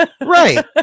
Right